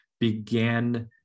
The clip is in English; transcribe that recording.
began